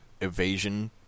evasion